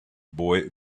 boy